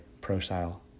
pro-style